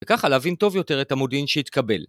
וככה להבין טוב יותר את המודיעין שיתקבל.